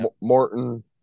Morton